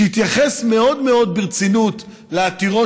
שהתייחס מאוד מאוד ברצינות לעתירות